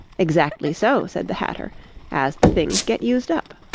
exactly so said the hatter as the things get used up